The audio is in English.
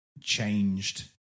changed